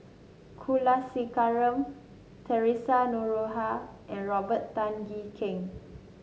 T Kulasekaram Theresa Noronha and Robert Tan Jee Keng